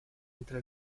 entre